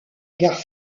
gare